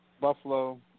Buffalo